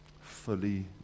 Fully